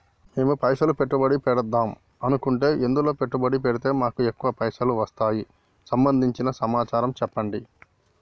మేము పైసలు పెట్టుబడి పెడదాం అనుకుంటే ఎందులో పెట్టుబడి పెడితే మాకు ఎక్కువ పైసలు వస్తాయి సంబంధించిన సమాచారం చెప్పండి?